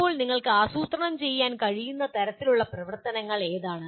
ഇപ്പോൾ നിങ്ങൾക്ക് ആസൂത്രണം ചെയ്യാൻ കഴിയുന്ന തരത്തിലുള്ള പ്രവർത്തനങ്ങൾ ഏതാണ്